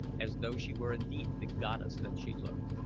as though she were indeed the goddess that she looked.